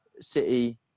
City